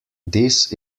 this